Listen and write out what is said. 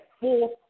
four